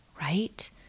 right